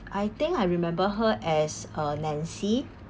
I think I remember her as uh nancy